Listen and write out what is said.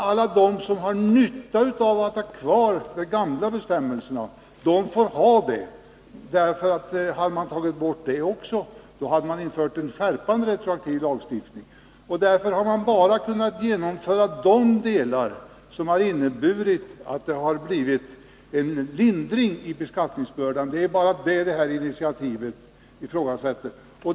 Alla som har nytta av de gamla bestämmelserna får ha dem kvar. Annars hade man fått en skärpande retroaktiv lagstiftning. Därför har man bara kunnat genomföra de delar som inneburit en lindring i beskattningsbördan. Det är bara detta det här initiativet ifrågasätter.